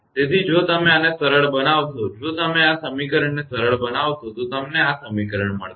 તેથી જો તમે આને સરળ બનાવશો જો તમે આ સમીકરણને સરળ બનાવશો તો તમને આ સમીકરણ મળશે